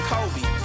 Kobe